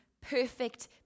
perfect